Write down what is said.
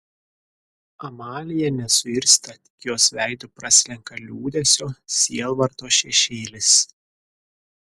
amalija nesuirzta tik jos veidu praslenka liūdesio sielvarto šešėlis